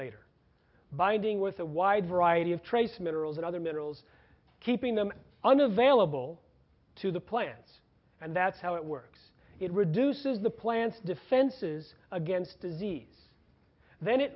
later binding with a wide variety of trace minerals and other minerals keeping them unavailable to the plants and that's how it works it reduces the plant's defenses against disease then it